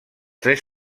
tres